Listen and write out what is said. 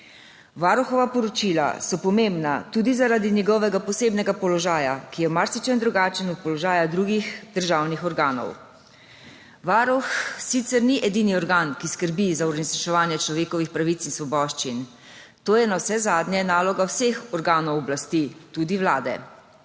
Varuhova poročila so pomembna tudi zaradi njegovega posebnega položaja, ki je v marsičem drugačen od položaja drugih državnih organov. Varuh sicer ni edini organ, ki skrbi za uresničevanje človekovih pravic in svoboščin. To je navsezadnje naloga vseh organov oblasti, tudi vlade.